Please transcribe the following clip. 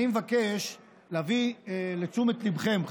אני מבקש להביא לתשומת ליבכם,